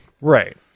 Right